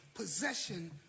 Possession